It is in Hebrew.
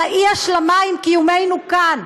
על האי-השלמה עם קיומנו כאן.